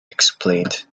explained